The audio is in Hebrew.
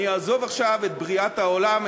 אני אעזוב עכשיו את בריאת העולם,